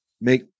make